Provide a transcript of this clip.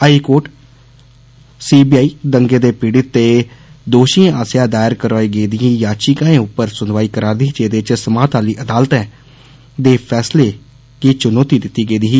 high court C B I ढंगे दे पिड़ित ते दोशिएं आस्सेआ दायर करोआई गेदी याचिकाएं पर सुनवाई करारदी ही जेदे च समात आली अदालतै दे फैंसले गी चुनौती दिती गेदी ही